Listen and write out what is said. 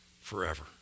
forever